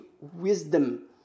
wisdom